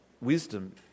Wisdom